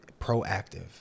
proactive